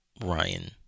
ryan